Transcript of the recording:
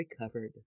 recovered